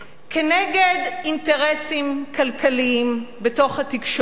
כנגד אינטרסים כלכליים בתוך התקשורת,